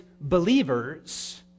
believers